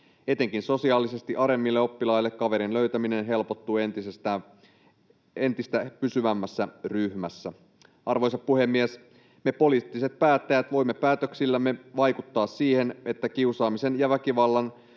Etenkin sosiaalisesti aremmille oppilaille kaverin löytäminen helpottuu entistä pysyvämmässä ryhmässä. Arvoisa puhemies! Me poliittiset päättäjät voimme päätöksillämme vaikuttaa siihen, että kiusaaminen ja väkivalta